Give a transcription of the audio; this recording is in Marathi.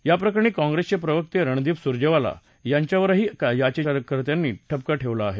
याप्रकरणी काँप्रेसचे प्रवक्ते रणदीप सुरजेवाला यांच्यावरही याचिकाकर्त्यांनी ठपका ठेवला आहे